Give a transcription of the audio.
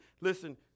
listen